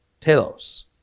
telos